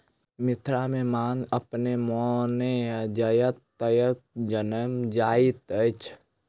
मिथिला मे भांग अपने मोने जतय ततय जनैम जाइत अछि